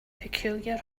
peculiar